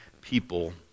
people